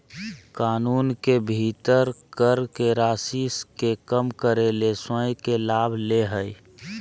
कानून के भीतर कर के राशि के कम करे ले स्वयं के लाभ ले हइ